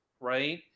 right